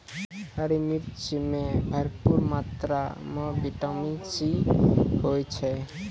हरी मिर्च मॅ भरपूर मात्रा म विटामिन सी होय छै